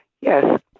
Yes